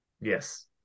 Yes